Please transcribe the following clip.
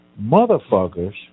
motherfuckers